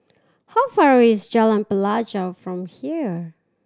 how far away is Jalan Pelajau from here